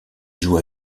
joue